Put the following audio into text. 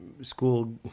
school